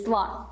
one